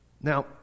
Now